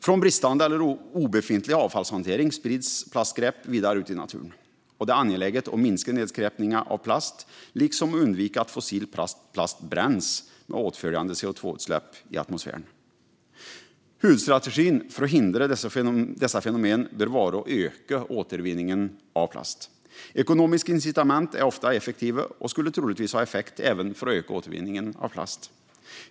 Från bristande eller obefintlig avfallshantering sprids plastskräp vidare ut i naturen. Det är angeläget att minska nedskräpningen av plast, liksom att undvika att fossil plast bränns med åtföljande CO2-utsläpp i atmosfären. Huvudstrategin för att hindra dessa fenomen bör vara att öka återvinningen av plast. Ekonomiska incitament är ofta effektiva och skulle troligtvis ha effekt även för att öka återvinningen av plast.